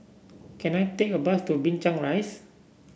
can I take a bus to Binchang Rise